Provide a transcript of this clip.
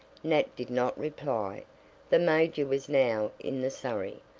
nat did not reply the major was now in the surrey,